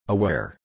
Aware